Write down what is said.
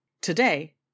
Today